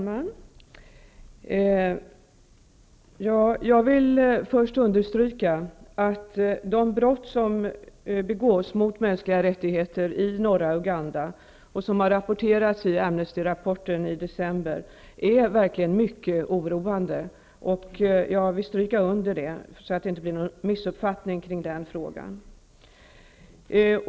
Fru talman! Jag vill först för att ingen missuppfattning skall uppstå understryka att de brott mot mänskliga rättigheter i norra Uganda som har redovisats av Amnesty i årsrapporten från december förra året är mycket oroande.